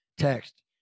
text